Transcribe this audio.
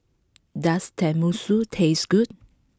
does Tenmusu taste good